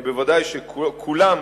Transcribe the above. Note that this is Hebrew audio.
בוודאי שכולם,